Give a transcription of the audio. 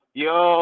yo